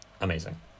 amazing